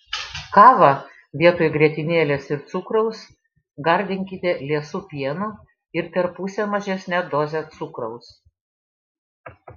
kavą vietoj grietinėlės ir cukraus gardinkite liesu pienu ir per pusę mažesne doze cukraus